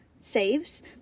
saves